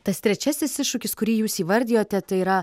tas trečiasis iššūkis kurį jūs įvardijote tai yra